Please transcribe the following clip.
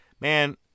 Man